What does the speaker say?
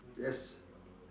yes